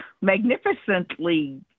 magnificently